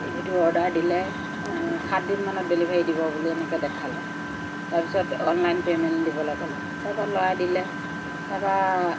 টিভিটো অৰ্ডাৰ দিলে সাতদিন মানত ডেলিভাৰি দিব বুলি এনেকৈ দেখালে তাৰ পাছত অনলাইন পেমেন্ট দিবলৈ ক'লে তাৰপৰা ল'ৰাই দিলে তাৰপৰা